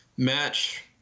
match